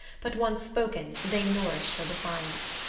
but once spoken they nourished her defiance.